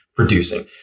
Producing